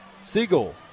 Siegel